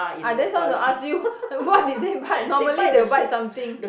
ah that's why I want to ask you what did they bite normally they will bite something